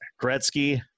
Gretzky